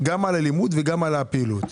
- גם על הלימוד וגם על הפעילות.